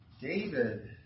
David